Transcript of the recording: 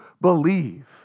believe